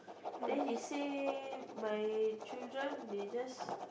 then he say my children they just